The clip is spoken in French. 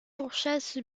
pourchasse